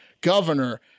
governor